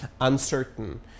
uncertain